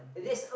yes